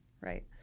right